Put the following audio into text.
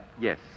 yes